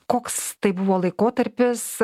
koks tai buvo laikotarpis